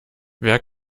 wer